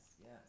yes